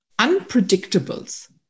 unpredictables